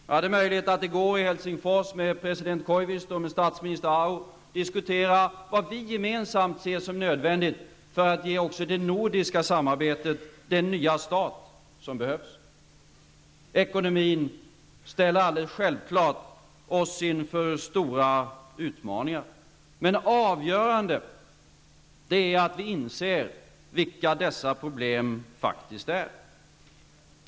Jag hade möjlighet att i går i Helsingfors med president Koivisto och statsminister Aho diskutera vad vi gemensamt ser som nödvändigt för att ge också det nordiska samarbetet den nya start som behövs. Ekonomin ställer oss självfallet inför stora utmaningar. Men avgörande är att vi inser vilka dessa problem faktiskt är.